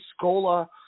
Scola